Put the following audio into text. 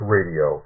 Radio